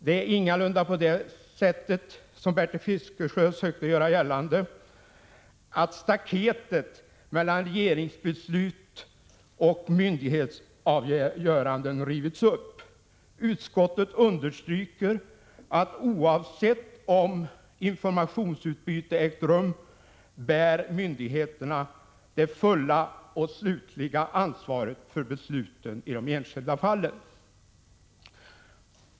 Det är ingalunda på det sättet, som Bertil Fiskesjö sökte göra gällande, att staketet mellan regeringsbeslut och myndighetsavgöranden har rivits upp. Utskottet understryker att oavsett om informationsutbyte har ägt rum bär myndigheterna det fulla och slutliga ansvaret för besluten i de enskilda fallen.